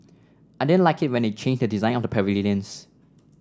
I didn't like it when they changed the design of the pavilions